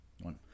one